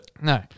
No